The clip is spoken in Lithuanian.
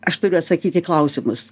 aš turiu atsakyt į klausimus